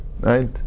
right